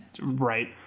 Right